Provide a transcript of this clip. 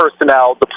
personnel